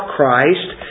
Christ